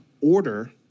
order